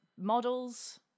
models